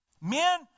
Men